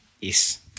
Yes